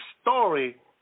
story